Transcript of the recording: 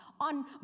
on